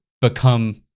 become